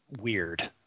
weird